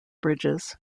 bridges